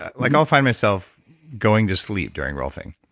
ah like i'll find myself going to sleep during rolfing.